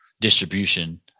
distribution